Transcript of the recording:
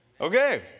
Okay